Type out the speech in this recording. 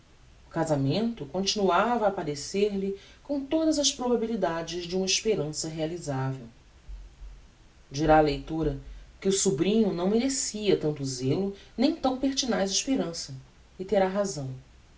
casamento continuava a apparecer lhe com todas as probabilidades de uma esperança realizavel dirá a leitora que o sobrinho não merecia tanto zelo nem tão pertinaz esperança e terá razão